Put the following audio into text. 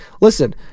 listen